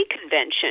Convention